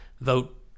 vote